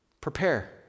Prepare